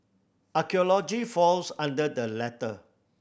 archaeology falls under the latter